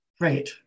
Right